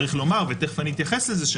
צריך לומר ותכף אני אתייחס לזה,